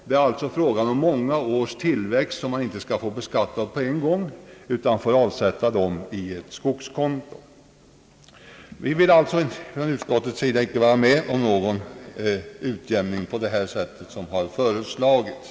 För att undvika en beskattning på en gång av en sådan ackumulerad inkomst får vederbörande alltså avsätta medlen på ett skogskonto. Utskottet vill alltså inte vara med om någon resultatutjämning på det sätt som här har föreslagits.